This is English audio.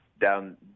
down